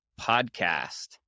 Podcast